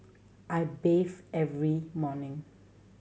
I bathe every morning